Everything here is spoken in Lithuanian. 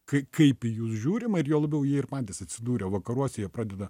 kai kaip į jus žiūrima ir juo labiau jie ir patys atsidūrė vakaruose jie pradeda